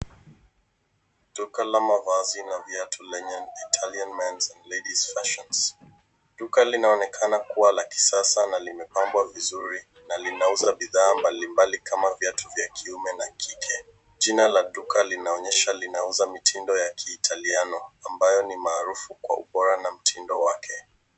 Duka la mavazi lenye Italian Men's and Ladies Fashions . Duka linaonekana la kisasa na limepambwa vizuri na linauza bidhaa mbalimbali kama viatu vya kiume na kike. Jina la duka linaonyesha linauza mitindo ya kiitaliano. Ambayo maarufu kwa ubora na mtindo wake.